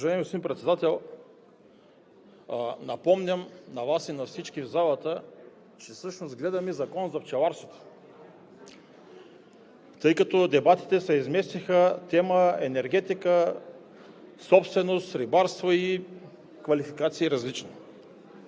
Уважаеми господин Председател, напомням на Вас и на всички в залата, че всъщност гледаме Закон за пчеларството, тъй като дебатите се изместиха на тема „Енергетика“, „Собственост“, „Рибарство“ и квалификации – различни.